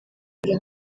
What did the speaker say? ibyo